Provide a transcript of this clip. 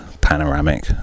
panoramic